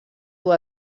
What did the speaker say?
dur